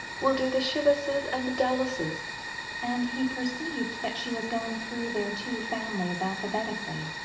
we'll do the chiverses and the dallases and he perceived that she was going through their two families alphabetically,